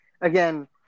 Again